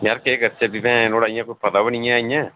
यार केह् करचै फ्ही नुआढ़ा इयां कोई पता बी नी ऐ इयां